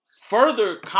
Further